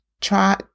try